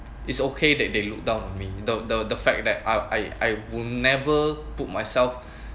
it's okay they they look down on me the the the fact that I I I would never put myself